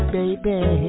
Baby